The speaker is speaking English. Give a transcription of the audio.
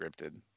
scripted